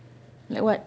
like what